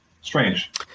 strange